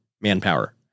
manpower